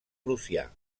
prussià